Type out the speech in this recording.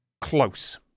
Close